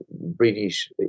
British